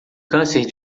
câncer